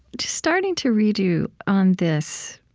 just starting to read you on this,